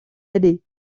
aller